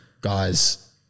guys